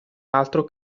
altro